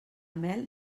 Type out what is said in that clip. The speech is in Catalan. mel